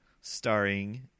starring